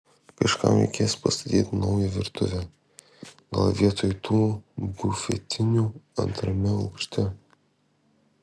kažkam reikės pastatyti naują virtuvę gal vietoj tų bufetinių antrame aukšte